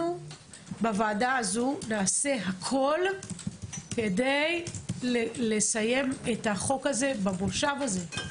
בוועדה הזאת נעשה הכול כדי לסיים את החוק הזה במושב הזה.